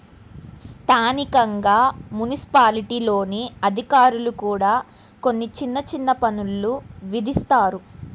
స్థానికంగా మున్సిపాలిటీల్లోని అధికారులు కూడా కొన్ని చిన్న చిన్న పన్నులు విధిస్తారు